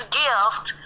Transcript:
gift